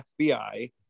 FBI